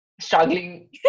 Struggling